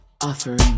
offering